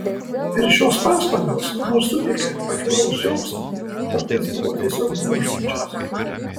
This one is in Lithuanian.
ir šios pastangos nors suteikė pakilaus džiaugsmo kartais buvo tiesiog gniuždančios